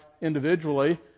individually